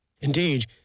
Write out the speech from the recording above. Indeed